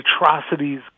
atrocities